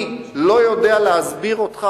אני לא יודע להסביר אותך,